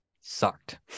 sucked